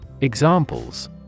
Examples